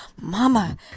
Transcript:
mama